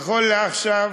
נכון לעכשיו,